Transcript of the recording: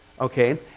okay